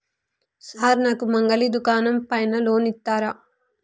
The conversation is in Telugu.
సార్ నాకు మంగలి దుకాణం పైన లోన్ ఇత్తరా?